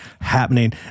happening